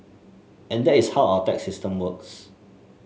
and that is how our tax system works